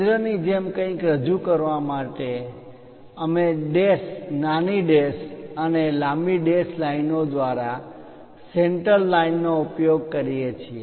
કેન્દ્રની જેમ કંઈક રજૂ કરવા માટે અમે ડેશ નાની ડેશ અને લાંબી ડેશ લાઇનો દ્વારા સેન્ટર લાઇન નો ઉપયોગ કરીએ છીએ